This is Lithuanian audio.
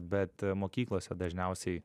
bet mokyklose dažniausiai